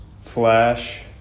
Flash